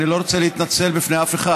אני לא רוצה להתנצל בפני אף אחד,